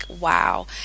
wow